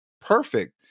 perfect